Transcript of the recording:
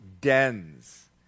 dens